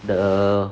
the